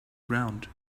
ground